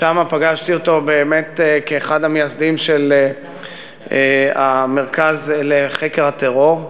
שם פגשתי אותו כאחד המייסדים של המרכז לחקר הטרור,